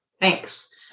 Thanks